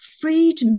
freed